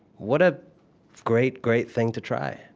what a great, great thing to try